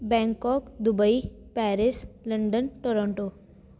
Bangkok Dubai Paris London Toronto